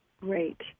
Great